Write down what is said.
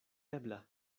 ebla